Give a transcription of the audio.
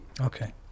okay